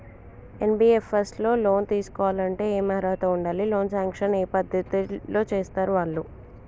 NBFS లో loan తీస్కోవాలంటే ఏం అర్హత ఉండాలి? లోన్ సాంక్షన్ ఏ పద్ధతి లో చేస్తరు వాళ్లు?